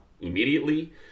immediately